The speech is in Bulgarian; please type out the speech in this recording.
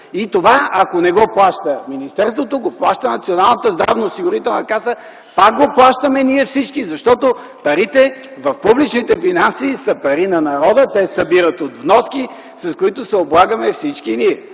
И това, ако не го плаща министерството, го плаща Националната здравноосигурителна каса. Пак го плащаме всички ние, защото парите в публичните финанси са пари на народа. Те се събират от вноски, с които се облагаме всички ние.